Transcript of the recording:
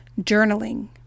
journaling